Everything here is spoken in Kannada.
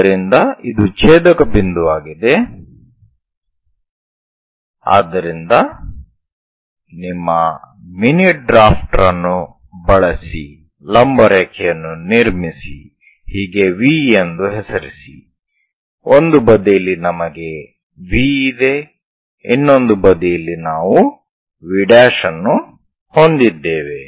ಆದ್ದರಿಂದ ಇದು ಛೇಧಕ ಬಿಂದುವಾಗಿದೆ ಆದ್ದರಿಂದ ನಿಮ್ಮ ಮಿನಿ ಡ್ರಾಫ್ಟರ್ ಅನ್ನು ಬಳಸಿ ಲಂಬ ರೇಖೆಯನ್ನು ನಿರ್ಮಿಸಿ ಹೀಗೆ V ಎಂದು ಹೆಸರಿಸಿ ಒಂದು ಬದಿಯಲ್ಲಿ ನಮಗೆ V ಇದೆ ಇನ್ನೊಂದು ಬದಿಯಲ್ಲಿ ನಾವು V ಅನ್ನು ಹೊಂದಿದ್ದೇವೆ